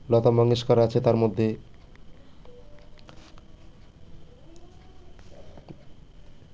লতা মঙ্গেশকারও আছে তার মধ্যে